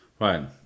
right